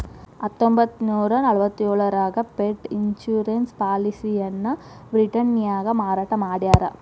ಹತ್ತೊಂಬತ್ತನೂರ ನಲವತ್ತ್ಯೋಳರಾಗ pet insurance ಪಾಲಿಸಿಯನ್ನ ಬ್ರಿಟನ್ನ್ಯಾಗ ಮಾರಾಟ ಮಾಡ್ಯಾರ